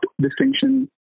distinction